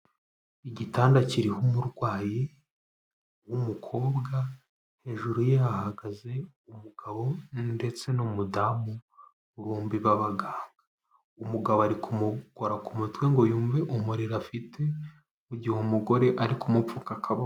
Igitanda kiriho umurwayi w'umukobwa, hejuru ye hahagaze umugabo ndetse n'umudamu bombi b'abaganga, umugabo ari kumukora mutwe ngo yumve umuriro afite, mu gihe umugore ari kumupfuka akaboko